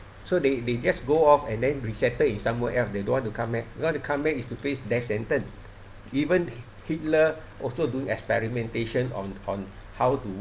so they they just go off and then resettled in somewhere else they don't want to come back because to come back is to face death sentence even hitler also do experimentation on on how to